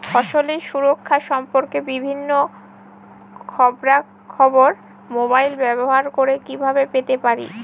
ফসলের সুরক্ষা সম্পর্কে বিভিন্ন খবরা খবর মোবাইল ব্যবহার করে কিভাবে পেতে পারি?